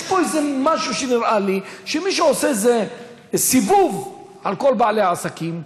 יש פה איזה משהו שנראה לי שמישהו עושה איזה סיבוב על כל בעלי העסקים.